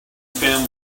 family